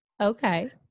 Okay